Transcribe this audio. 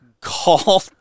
Call